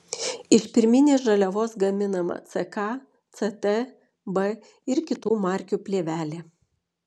iš pirminės žaliavos gaminama ck ct b ir kitų markių plėvelė